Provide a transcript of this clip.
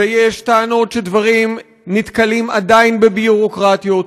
ויש טענות שדברים נתקלים עדיין בביורוקרטיות,